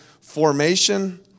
formation